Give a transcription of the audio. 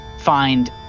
find